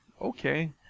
okay